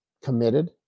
committed